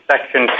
Section